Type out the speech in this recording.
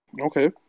Okay